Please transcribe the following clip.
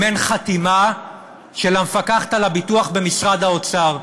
אין חתימה של המפקחת על הביטוח במשרד האוצר.